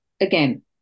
again